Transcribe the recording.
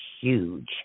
huge